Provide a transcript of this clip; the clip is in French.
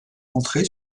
entrée